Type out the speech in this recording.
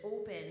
open